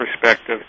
perspective